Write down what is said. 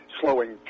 slowing